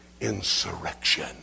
insurrection